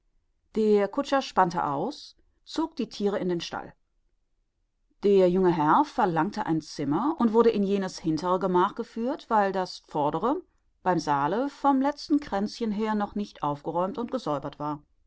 der kutscher spannte aus zog die thiere in den stall der junge herr verlangte ein zimmer und wurde in jenes hintere gemach geführt weil das vordere beim saale vom letzten kränzchen her noch nicht aufgeräumt und gesäubert war